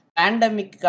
pandemic